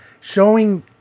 showing